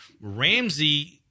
Ramsey